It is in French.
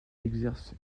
exerce